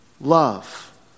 love